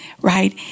Right